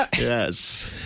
Yes